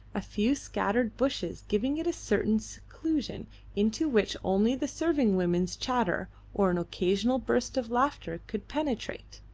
a few scattered bushes giving it a certain seclusion into which only the serving women's chatter or an occasional burst of laughter could penetrate.